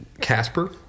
Casper